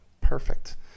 Perfect